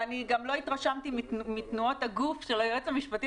וגם לא התרשמתי מתנועות הגוף של היועץ המשפטי